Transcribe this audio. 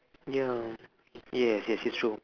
ya yes yes it's true